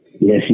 Yes